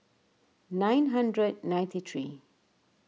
nine hundred ninety three